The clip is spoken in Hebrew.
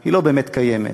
היא לא באמת קיימת.